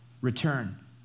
return